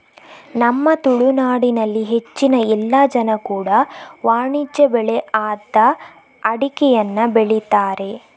ನಮ್ಮ ತುಳುನಾಡಿನಲ್ಲಿ ಹೆಚ್ಚಿನ ಎಲ್ಲ ಜನ ಕೂಡಾ ವಾಣಿಜ್ಯ ಬೆಳೆ ಆದ ಅಡಿಕೆಯನ್ನ ಬೆಳೀತಾರೆ